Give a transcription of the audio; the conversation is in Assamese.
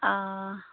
অঁ